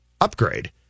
upgrade